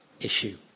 issue